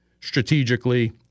strategically